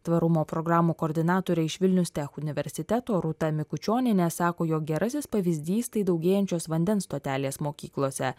tvarumo programų koordinatorė iš vilnius tech universiteto rūta mikučionienė sako jog gerasis pavyzdys tai daugėjančius vandens stotelės mokyklose